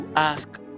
ask